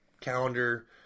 calendar